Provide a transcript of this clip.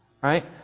Right